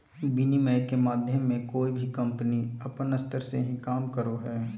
विनिमय के माध्यम मे कोय भी कम्पनी अपन स्तर से ही काम करो हय